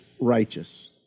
righteous